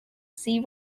see